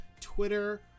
Twitter